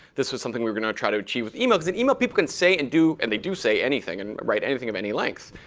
this was something we were going to try to achieve with email. because in email, people can say and do and they do say anything and write anything of any length.